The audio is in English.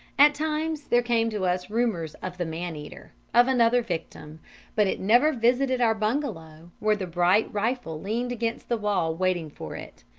at times there came to us rumours of the man-eater of another victim but it never visited our bungalow, where the bright rifle leaned against the wall waiting for it.